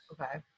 okay